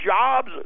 jobs